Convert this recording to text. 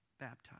baptized